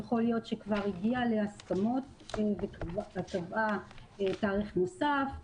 יכול להיות שכבר הגיעה להסכמות וקבעה תאריך נוסף,